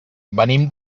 venim